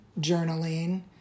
journaling